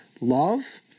Love